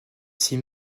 six